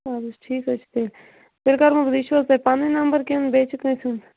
اَہن حظ ٹھیٖک حظ چھُ تیٚلہِ کرٕ بہٕ یہِ چھُو حظ تۄہہِ پَنُن نمبر کِنہٕ بیٚیہِ کٲنٛسہِ ہُنٛد